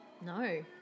No